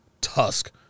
Tusk